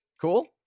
cool